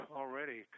already